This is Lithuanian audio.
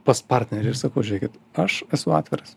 pas partnerį ir sakau žiūrėkit aš esu atviras